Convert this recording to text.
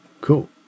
cool